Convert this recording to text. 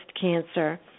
Cancer